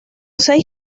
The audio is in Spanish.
seis